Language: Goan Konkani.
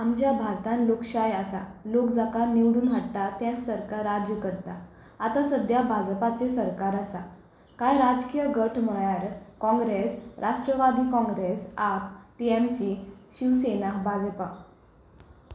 आमच्या भारतान लोकशाय आसा लोका जाका निवडून हाडटा तेंच सरकार राज्य करता आतां सद्द्या बाजपाचें सरकार आसा कांय राजकीय गट म्हळ्यार काँग्रेस राष्ट्रवादी काँग्रेस आप टीएमसी शिवसेना बाजपा